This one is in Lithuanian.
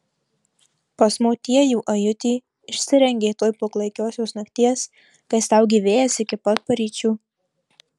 pas motiejų ajutį išsirengė tuoj po klaikiosios nakties kai staugė vėjas iki pat paryčių